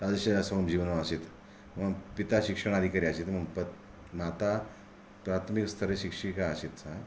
तादृशं अस्माकं जीवनम् आसीत् मम पिता शिक्षणाधिकारी आसीत् मम माता प्राथमिकस्तरे शिक्षिका आसीत् सा